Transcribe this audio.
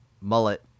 mullet